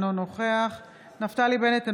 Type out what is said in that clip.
אינו נוכח נפתלי בנט,